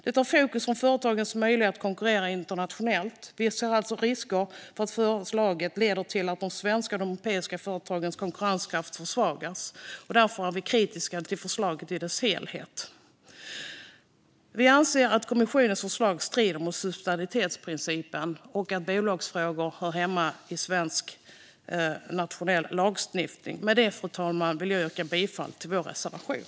Det tar fokus från företagens möjlighet att konkurrera internationellt. Vi ser alltså risker för att förslaget leder till att de svenska och europeiska företagens konkurrenskraft försvagas. Därför är vi kritiska till förslaget i dess helhet. Vi anser att kommissionens förslag strider mot subsidiaritetsprincipen och att bolagsfrågor hör hemma i svensk nationell lagstiftning. Med detta, fru talman, vill jag yrka bifall till vår reservation.